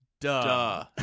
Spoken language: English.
duh